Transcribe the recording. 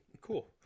cool